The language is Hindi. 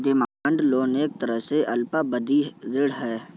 डिमांड लोन एक तरह का अल्पावधि ऋण है